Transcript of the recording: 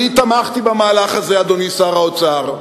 אני תמכתי במהלך הזה, אדוני שר האוצר,